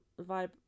vibe